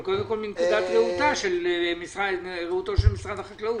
אבל קודם כול מנקודת ראותו של משרד החקלאות,